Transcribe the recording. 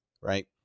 Right